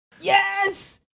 yes